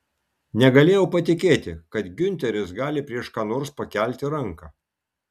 negalėjau patikėti kad giunteris gali prieš ką nors pakelti ranką